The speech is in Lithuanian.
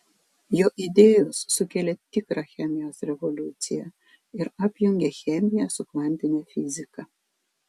jo idėjos sukėlė tikrą chemijos revoliuciją ir apjungė chemiją su kvantine fiziką